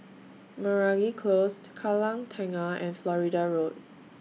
Meragi Close Kallang Tengah and Florida Road